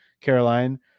Caroline